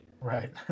Right